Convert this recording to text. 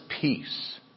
peace